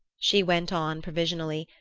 she went on provisionally,